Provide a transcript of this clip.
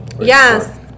yes